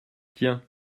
tiens